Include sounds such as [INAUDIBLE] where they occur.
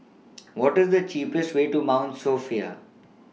[NOISE] What IS The cheapest Way to Mount Sophia